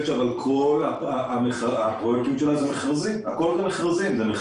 אבל כל הפרויקטים שלה מכרזי מסגרת.